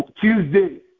Tuesday